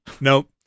Nope